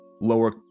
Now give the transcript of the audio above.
lower